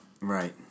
right